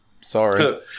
sorry